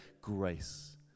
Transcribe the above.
grace